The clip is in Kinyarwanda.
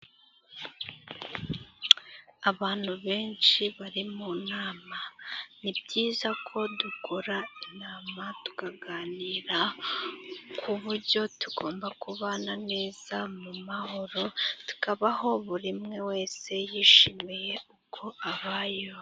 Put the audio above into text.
Abantu benshi bari mu nama. Ni byiza ko dukora inama tukaganira ku buryo tugomba kubana neza mu mahoro. Tukabaho buri umwe wese yishimiye uko abayeho.